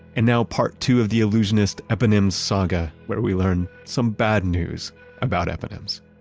and now part two of the allusionist eponym saga where we learn some bad news about eponyms